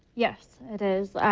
yes, it is.